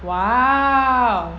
!wow!